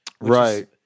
Right